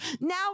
Now